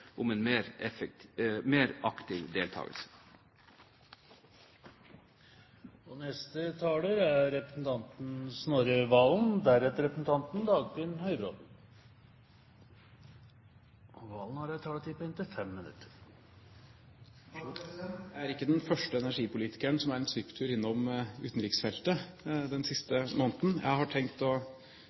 om å kunne ivareta våre interesser på disse områdene, kombinert med Stortingets ønske om en mer aktiv deltakelse. Jeg er ikke den første energipolitikeren som er en svipptur innom utenriksfeltet den siste måneden, og jeg har tenkt, naturlig nok, å